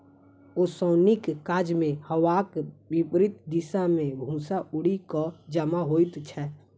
ओसौनीक काजमे हवाक विपरित दिशा मे भूस्सा उड़ि क जमा होइत छै